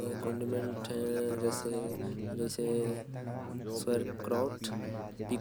लोग मन ज्यादा खाथे।